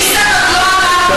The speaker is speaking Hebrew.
ניסן, אנחנו,